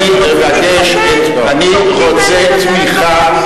אני מבקש תמיכה, אני רוצה תמיכה.